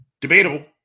Debatable